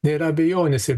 nėra abejonės ir